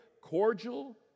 cordial